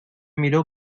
miró